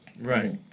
Right